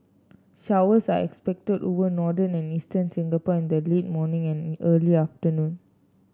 showers are expected over northern and eastern Singapore in the late morning and early afternoon